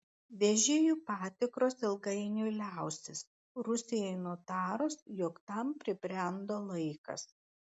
vežėjų patikros ilgainiui liausis rusijai nutarus jog tam pribrendo laikas